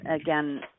again